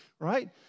right